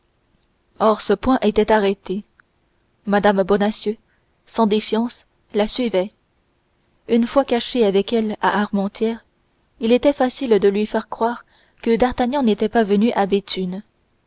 or ce point était arrêté mme bonacieux sans défiance la suivait une fois cachée avec elle à armentières il était facile de lui faire croire que d'artagnan n'était pas venu à béthune